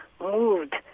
moved